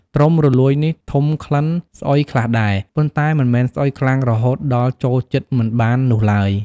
ត្រុំរលួយនេះធំក្លិនស្អុយខ្លះដែរ ប៉ុន្តែមិនមែនស្អុយខ្លាំងរហូតដល់ចូលជិតមិនបាននោះឡើយ។